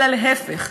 אלא להפך,